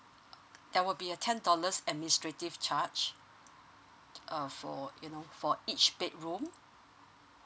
there will be a ten dollars administrative charge uh for you know for each bedroom